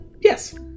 Yes